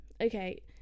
okay